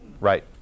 Right